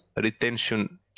retention